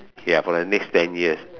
ya for the next ten years